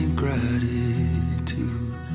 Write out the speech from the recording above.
gratitude